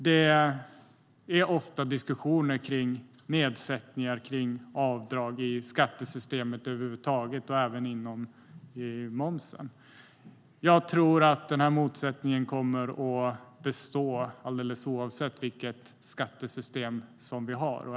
Det är ofta diskussioner om nedsättningar i fråga om avdrag i skattesystemet över huvud taget och även i fråga om momsen. Jag tror att denna motsättning kommer att bestå alldeles oavsett vilket skattesystem som vi har.